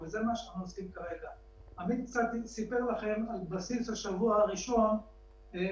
סליחה שאני קוטע אותך, רוני.